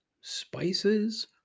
spices